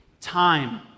time